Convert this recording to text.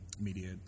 media